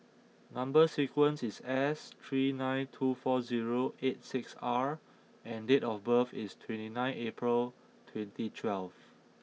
number sequence is S three nine two four zero eight six R and date of birth is twenty nine April twenty twelve